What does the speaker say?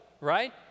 right